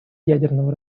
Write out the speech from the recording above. ядерного